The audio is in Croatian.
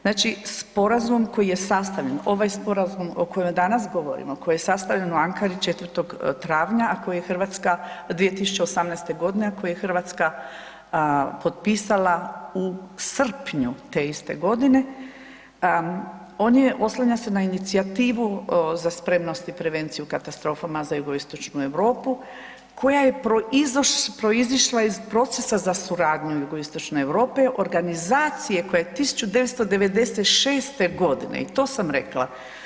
Znači sporazum koji je sastavljen, ovaj sporazum o kojem danas govorimo, koji je sastavljen u Ankari 4. travnja, a koji je Hrvatska, 2018. g., a koji je Hrvatska potpisala u srpnju te iste godine, on je, oslanja se na inicijativu Za spremnost i prevenciju katastrofama za jugoistočnu Europu koja je proizišla iz procesa za suradnju jugoistočne Europe, organizacije koja je 1996. g. i to sam rekla.